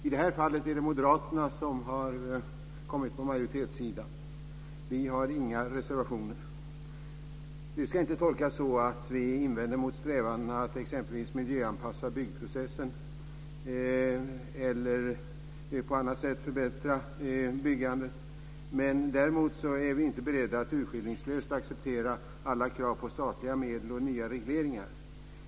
I det här fallet är det Moderaterna som har hamnat på majoritetssidan. Vi har inga reservationer. Det ska inte tolkas som att vi invänder mot strävandena att exempelvis miljöanpassa byggprocessen eller på annat sätt förbättra byggandet. Däremot är vi inte beredda att urskillningslös acceptera alla krav på statliga medel och nya regleringar.